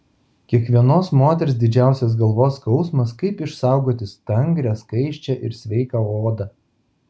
kiekvienos moters didžiausias galvos skausmas kaip išsaugoti stangrią skaisčią ir sveiką odą